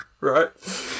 right